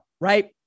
right